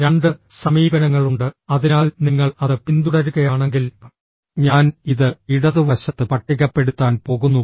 2 സമീപനങ്ങളുണ്ട് അതിനാൽ നിങ്ങൾ അത് പിന്തുടരുകയാണെങ്കിൽ ഞാൻ ഇത് ഇടതുവശത്ത് പട്ടികപ്പെടുത്താൻ പോകുന്നു